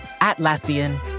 Atlassian